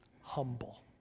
humble